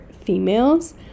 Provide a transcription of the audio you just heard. females